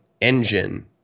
engine